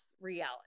reality